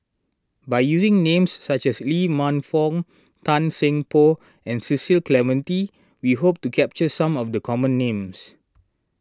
by using names such as Lee Man Fong Tan Seng Poh and Cecil Clementi we hope to capture some of the common names